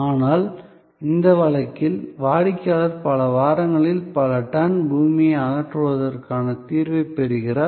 ஆனால் இந்த வழக்கில் வாடிக்கையாளர் பல வாரங்களில் பல டன் பூமியை அகற்றுவதற்கான தீர்வைப் பெறுகிறார்